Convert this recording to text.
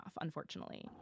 unfortunately